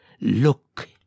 look